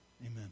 amen